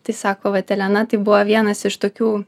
tai sako vat elena tai buvo vienas iš tokių